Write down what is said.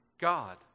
God